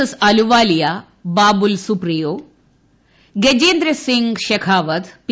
S Ahluwalia Babul Supriyo Gajendra Singh Shekhawat P